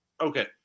Okay